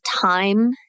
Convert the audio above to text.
time